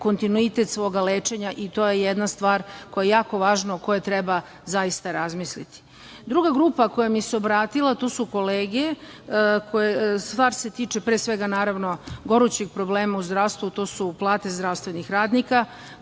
kontinuitet svog lečenja i to je jedna stvar koja je jako važna i o kojoj treba zaista razmisliti. Druga grupa koja mi se obratila su kolege i stvar se tiče pre svega naravno gorućih problema u zdravstvu. To su plate zdravstvenih radnika